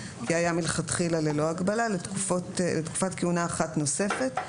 כי היה מלכתחילה ללא הגבלה (א)לתקופת כהונה אחת נוספת,